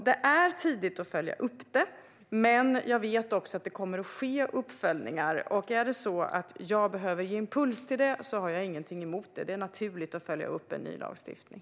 Det är tidigt att följa upp detta, men jag vet att det kommer att ske uppföljningar. Om jag behöver ge en impuls till detta har jag ingenting emot det. Det är naturligt att följa upp en ny lagstiftning.